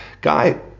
guy